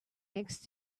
next